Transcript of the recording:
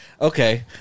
Okay